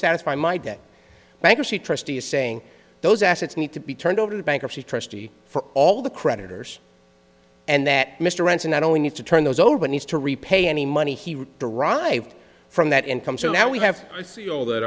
satisfy my debt bankruptcy trustee saying those assets need to be turned over to the bankruptcy trustee for all the creditors and that mr ranson not only need to turn those over when he's to repay any money he derived from that income so now we have